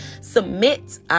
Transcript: submit